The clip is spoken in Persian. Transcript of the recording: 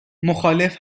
مخالف